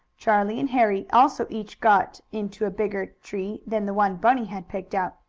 charlie and harry also each got into a bigger tree than the one bunny had picked out.